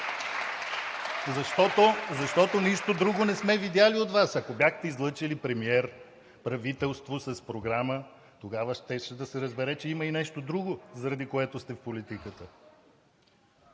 защото нищо друго не сме видели от Вас. Ако бяхте излъчили премиер, правителство с програма, тогава щеше да се разбере, че има и нещо друго, заради което сте в политиката.